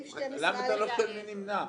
למה אתה לא שואל מי נמנע?